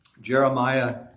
Jeremiah